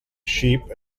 sheep